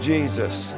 Jesus